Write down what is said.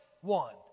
one